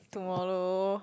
tomorrow